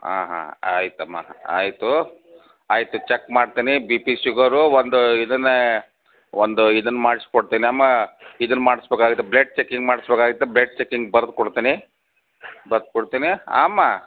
ಆಂ ಹಾಂ ಆಯಿತಮ್ಮ ಆಯಿತು ಆಯಿತು ಚೆಕ್ ಮಾಡ್ತೇನೆ ಬಿ ಪಿ ಶುಗರು ಒಂದು ಇದನ್ನ ಒಂದು ಇದನ್ನ ಮಾಡ್ಸಿಕೊಡ್ತೀನಮ್ಮ ಇದನ್ನ ಮಾಡಿಸ್ಬೇಕಾಗತ್ತೆ ಬ್ಲೆಡ್ ಚೆಕಿಂಗ್ ಮಾಡಿಸ್ಬೇಕಾಗತ್ತೆ ಬ್ಲೆಡ್ ಚೆಕಿಂಗ್ ಬರ್ದು ಕೊಡ್ತೇನೆ ಬರ್ದು ಕೊಡ್ತೇನೆ ಆಂ ಅಮ್ಮ